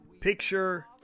Picture